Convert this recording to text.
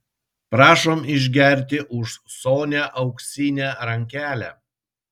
prašom išgerti už sonią auksinę rankelę